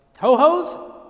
ho-hos